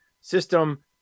system